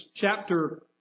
chapter